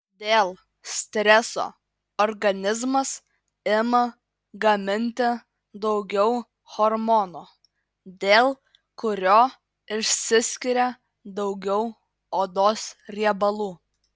dėl streso organizmas ima gaminti daugiau hormono dėl kurio išsiskiria daugiau odos riebalų